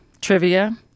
Trivia